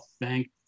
thank